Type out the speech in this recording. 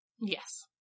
Yes